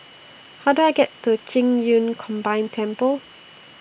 How Do I get to Qing Yun Combined Temple